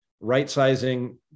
right-sizing